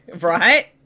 right